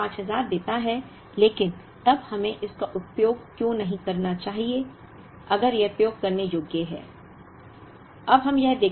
तो यह हमें 5000 देता है लेकिन तब हमें इसका उपयोग क्यों नहीं करना चाहिए अगर यह प्रयोग करने योग्य है